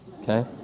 okay